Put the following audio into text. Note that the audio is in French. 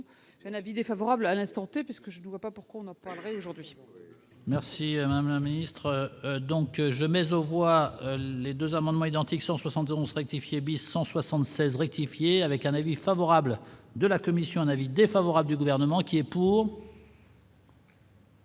un avis défavorable à l'instant T, parce que je vois pas pourquoi on aujourd'hui. Merci madame la ministre, donc je mais au roi les 2 amendements identiques 171 rectifier Bisson 176 rectifier avec un avis favorable de la commission analyse défavorable du gouvernement qui est pour.